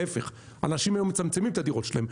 להיפך, אנשים היום מצמצמים את הדירות שלהם.